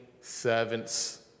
servants